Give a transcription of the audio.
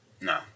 No